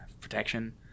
protection